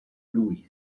fluis